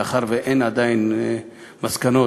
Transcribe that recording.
מאחר שאין עדיין מסקנות,